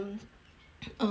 uh how say